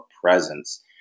presence